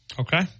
Okay